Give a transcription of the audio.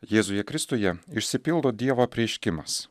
jėzuje kristuje išsipildo dievo apreiškimas